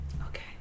Okay